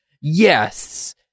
Yes